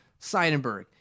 Seidenberg